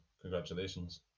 congratulations